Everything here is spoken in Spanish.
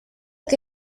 que